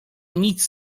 nic